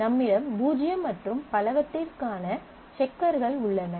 நம்மிடம் பூஜ்யம் மற்றும் பலவற்றிற்கான செக்கர்கள் உள்ளன